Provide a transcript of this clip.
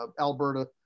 Alberta